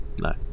no